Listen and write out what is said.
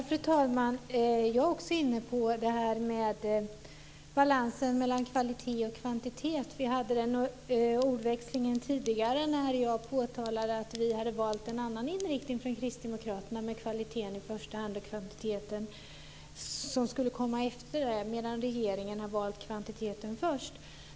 Fru talman! Jag är också inne på det här med balansen mellan kvalitet och kvantitet. Vi hade den här ordväxlingen tidigare när jag påtalade att vi från kristdemokraterna hade valt en annan inriktning med kvaliteten i första hand och kvantiteten i andra. Regeringen har däremot valt kvantiteten först.